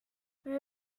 where